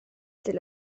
tel